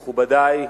מכובדי,